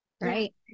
Right